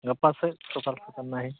ᱜᱟᱯᱟ ᱥᱮᱫ ᱥᱚᱠᱟᱞᱼᱥᱚᱠᱟᱞ ᱱᱟᱦᱚᱭ